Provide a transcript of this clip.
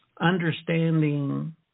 understanding